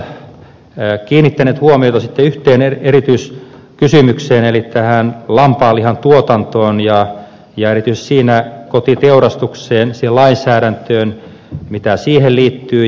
täällä ovat monet kollegat kiinnittäneet huomiota yhteen erityiskysymykseen eli tähän lampaanlihan tuotantoon ja siinä erityisesti kotiteurastukseen siihen lainsäädäntöön mitä siihen liittyy